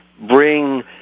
bring